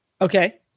okay